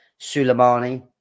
Suleimani